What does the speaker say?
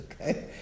okay